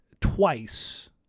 twice